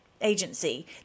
agency